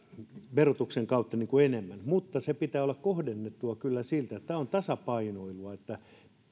verotuksen kautta enemmän mutta sen pitää olla kohdennettua kyllä silti tämä on tasapainoilua että